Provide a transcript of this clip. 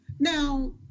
Now